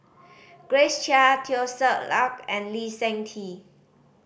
Grace Chia Teo Ser Luck and Lee Seng Tee